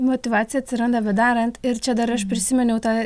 motyvacija atsiranda bedarant ir čia dar aš prisiminiau tą